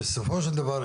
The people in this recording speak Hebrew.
בסופו של דבר,